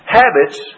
habits